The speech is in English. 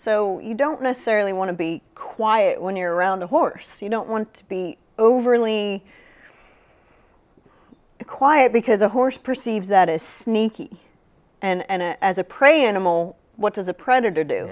so you don't necessarily want to be quiet when you're around a horse you don't want to be overly quiet because the horse perceives that as sneaky and as a prey animal what does a predator do